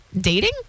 dating